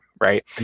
Right